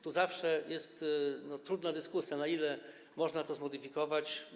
To zawsze jest trudna dyskusja, na ile można to zmodyfikować.